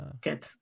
good